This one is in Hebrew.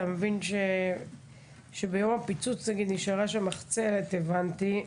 אתה מבין שביום הפיצוץ נגיד נשארה שם מחצלת הבנתי,